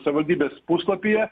savivaldybės puslapyje